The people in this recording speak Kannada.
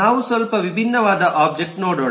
ನಾವು ಸ್ವಲ್ಪ ವಿಭಿನ್ನವಾದ ಒಬ್ಜೆಕ್ಟ್ ನೋಡೋಣ